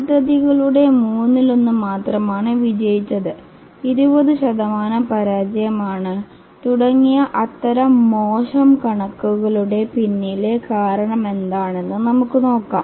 പദ്ധതികളുടെ മൂന്നിലൊന്ന് മാത്രമാണ് വിജയിച്ചത് 20 ശതമാനം പരാജയമാണ് തുടങ്ങിയ അത്തരം മോശം കണക്കുകളുടെ പിന്നിലെ കാരണമെന്താണെന്ന് നമുക്ക് നോക്കാം